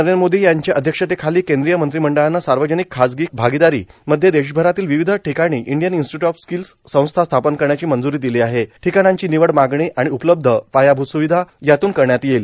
नरेंद्र मोदी यांच्या अध्यक्षतेखाली केंद्रीय मंत्रिमंडळाने सार्वजनिक खाजगी आगीदारी मध्ये देशभरातील वेगवेगळ्या ठिकाणी इंडियन इंस्टिट्यूट ऑफ स्किल्स संस्था स्थापन करण्याची मंजूरी दिली आहे ठिकाणांची निवड मागणी आणि उपलब्ध पायाभूत स्विधा यातून करण्यात येईल